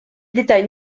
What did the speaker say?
détaille